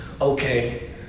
okay